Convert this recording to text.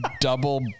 Double